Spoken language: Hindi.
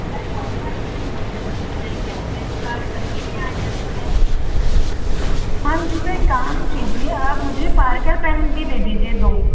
पेन बहुत सारे हैं पार्कर के भी आये हैं हाँ जी तो एक काम कीजिए आप मुझे पार्कर पेन भी दे दीजिए दो